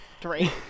Three